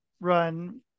run